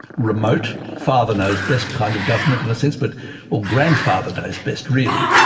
remote, father-knows-best kind of government in a sense, but or grandfather-knows-best really,